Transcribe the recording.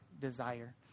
desire